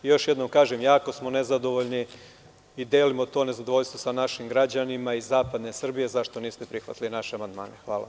Još jednom kažem, jako smo nezadovoljni i delimo to nezadovoljstvo sa našim građanima iz zapadne Srbije zašto niste prihvatili naše amandmane.